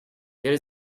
there